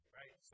right